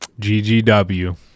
GGW